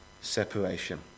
separation